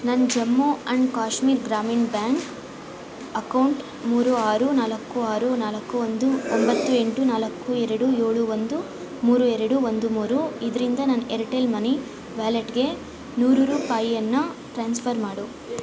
ನನ್ನ Jammu and Kashmir Grameen bank account ಮೂರು ಆರು ನಾಲ್ಕು ಆರು ನಾಲ್ಕು ಒಂದು ಒಂಬತ್ತು ಎಂಟು ನಾಲ್ಕು ಎರಡು ಏಳು ಒಂದು ಮೂರು ಎರಡು ಒಂದು ಮೂರು ಇದರಿಂದ ನನ್ನ ಎರ್ಟೆಲ್ ಮನಿ ವ್ಯಾಲೆಟ್ಗೆ ನೂರು ರೂಪಾಯಿಯನ್ನು ಟ್ರಾನ್ಸ್ಫರ್ ಮಾಡು